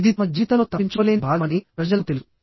ఇది తమ జీవితంలో తప్పించుకోలేని భాగమని ప్రజలకు తెలుసు